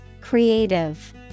Creative